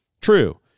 True